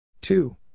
two